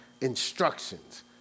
instructions